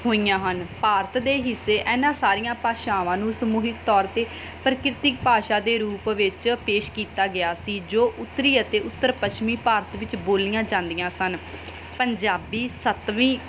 ਹੋਈਆਂ ਹਨ ਭਾਰਤ ਦੇ ਹਿੱਸੇ ਇਹਨਾਂ ਸਾਰੀਆਂ ਭਾਸ਼ਾਵਾਂ ਨੂੰ ਸਮੂਹਿਕ ਤੌਰ 'ਤੇ ਪ੍ਰਕਿਰਤਿਕ ਭਾਸ਼ਾ ਦੇ ਰੂਪ ਵਿੱਚ ਪੇਸ਼ ਕੀਤਾ ਗਿਆ ਸੀ ਜੋ ਉੱਤਰੀ ਅਤੇ ਉੱਤਰ ਪੱਛਮੀ ਭਾਰਤ ਵਿੱਚ ਬੋਲੀਆਂ ਜਾਂਦੀਆਂ ਸਨ ਪੰਜਾਬੀ ਸੱਤਵੀਂ